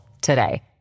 today